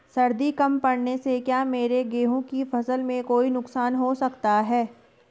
सर्दी कम पड़ने से क्या मेरे गेहूँ की फसल में कोई नुकसान हो सकता है?